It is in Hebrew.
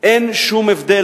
אין שום הבדל.